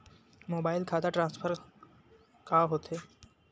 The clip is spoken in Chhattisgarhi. मोबाइल खाता ट्रान्सफर का होथे?